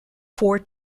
four